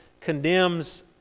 condemns